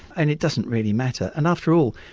and it doesn't really matter. and after all,